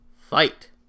fight